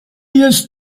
jest